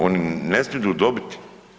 Oni ne smiju dobiti.